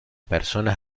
personas